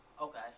Okay